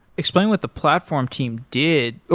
explain what the platform team did.